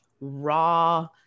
raw